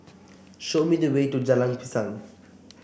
show me the way to Jalan Pisang